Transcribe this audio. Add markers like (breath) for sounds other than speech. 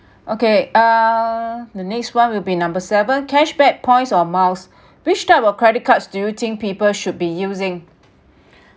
okay err the next one will be number seven cash back points or miles which type of credit cards do you think people should be using (breath)